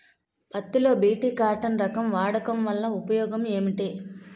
పత్తి లో BT cotton రకం వాడకం వల్ల ఉపయోగం ఏమిటి?